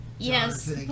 Yes